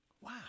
Wow